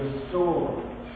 restore